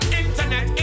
internet